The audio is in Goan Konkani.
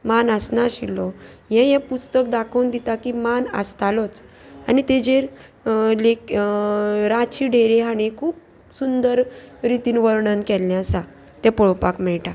मान आसनाशिल्लो हें हें पुस्तक दाखोवन दिता की मान आसतालोच आनी तेजेर लेख रांची डेरी हाणी खूब सुंदर रितीन वर्णन केल्लें आसा तें पळोवपाक मेळटा